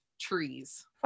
trees